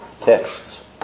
texts